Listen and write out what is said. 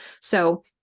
So-